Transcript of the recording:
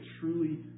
truly